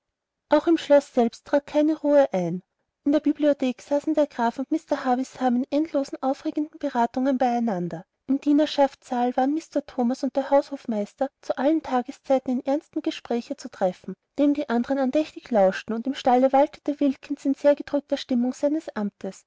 auch im schloß selbst trat keine ruhe ein in der bibliothek saßen der graf und mr havisham in endlosen aufgeregten beratungen bei einander im dienerschaftssaal waren mr thomas und der haushofmeister zu allen tageszeiten in ernstem gespräche zu treffen dem die andern andächtig lauschten und im stalle waltete wilkins in sehr gedrückter stimmung seines amtes